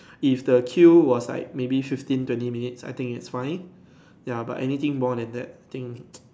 if the queue was like maybe fifteen twenty minutes I think it's fine ya but anything more than that I think